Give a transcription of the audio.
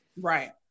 Right